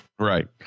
Right